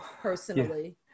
personally